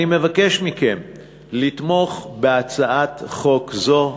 אני מבקש מכם לתמוך בהצעת חוק זאת.